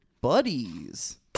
Buddies